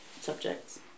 subjects